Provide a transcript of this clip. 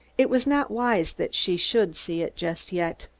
it was not wise that she should see it just yet.